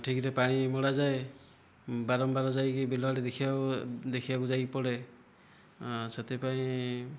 ଠିକ୍ରେ ପାଣି ମଡ଼ାଯାଏ ବାରମ୍ବାର ଯାଇକି ବିଲ ଆଡ଼େ ଦେଖିବାକୁ ଦେଖିବାକୁ ଯାଇକି ପଡ଼େ ସେଥିପାଇଁ